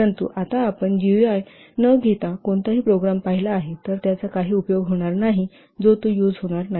परंतु आता आपण जीयूआय न घेता कोणताही प्रोग्राम पाहिला आहे तर त्याचा काही उपयोग होणार नाही तो यूज होणार नाही